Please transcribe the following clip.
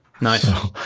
Nice